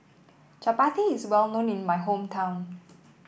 Chapati is well known in my hometown